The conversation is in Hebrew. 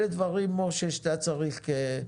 אלה דברים, משה, שאתה צריך לשים לב אליהם.